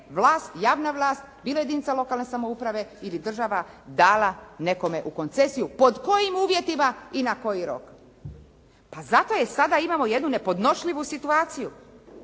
vlast, javna vlast, bilo jedinica lokalne samouprave ili država dala nekome u koncesiju, pod kojim uvjetima i na koji rok. Pa zato jer sada imamo jednu nepodnošljivu situaciju,